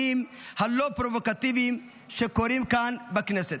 הלא-פרובוקטיביים שקורים כאן בכנסת: